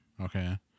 okay